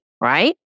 Right